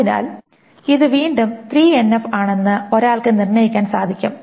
അതിനാൽ ഇത് വീണ്ടും 3NF ൽ ആണെന്ന് ഒരാൾക്ക് നിർണ്ണയിക്കാൻ സാധിക്കും